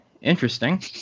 Interesting